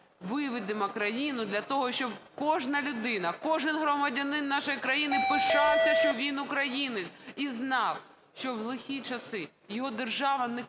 Виведемо країну для того, щоб кожна людина, кожний громадянин нашої України пишався, що він українець, і знав, що в лихі часи його держава ніколи